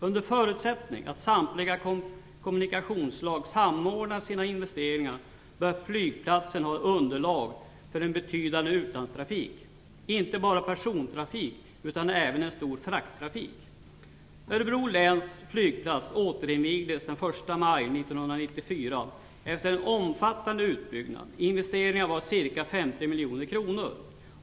Under förutsättning att samtliga kommunikationsslag samordnar sina investeringar, bör flygplatsen ha underlag för en betydande utlandstrafik - inte bara persontrafik, utan även en stor frakttrafik. efter en omfattande utbyggnad. Investeringarna var ca 50 miljoner kronor.